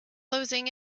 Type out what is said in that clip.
closing